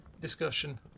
discussion